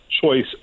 choice